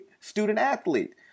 student-athlete